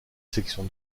section